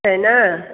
छै ने